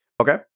Okay